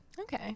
Okay